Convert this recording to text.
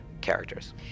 characters